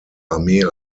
armee